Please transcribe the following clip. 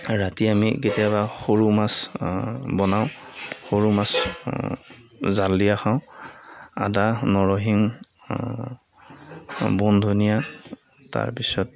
ৰাতি আমি কেতিয়াবা সৰু মাছ বনাওঁ সৰু মাছ জাল দিয়া খাওঁ আদা নৰসিংহ বন ধনিয়া তাৰপিছত